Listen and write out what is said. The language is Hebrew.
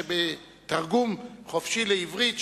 שבתרגום חופשי לעברית,